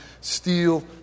steal